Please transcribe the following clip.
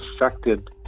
affected